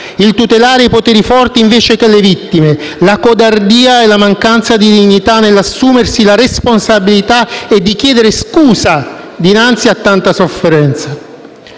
il tutelare i poteri forti invece che le vittime, la codardia e la mancanza di dignità nell'assumersi la responsabilità e di chiedere scusa dinanzi a tanta sofferenza.